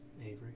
Avery